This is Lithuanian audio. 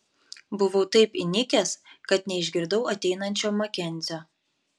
buvau taip įnikęs kad neišgirdau ateinančio makenzio